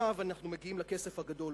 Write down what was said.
עכשיו אנחנו מגיעים לכסף הגדול.